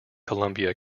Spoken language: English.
columbia